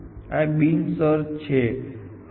તેથી divide and beam stack સર્ચમાં આ બીમ સર્ચ છે